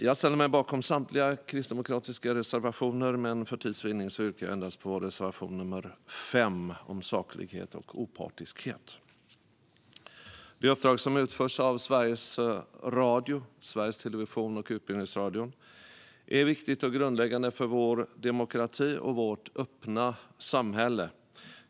Jag ställer mig bakom samtliga kristdemokratiska reservationer, men för tids vinnande yrkar jag bifall endast till reservation nr 5 om saklighet och opartiskhet. Det uppdrag som utförs av Sveriges Radio, Sveriges Television och Utbildningsradion är viktigt och grundläggande för vår demokrati och vårt öppna samhälle.